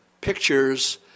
pictures